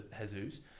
Jesus